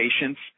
patients